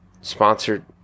sponsored